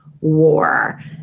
war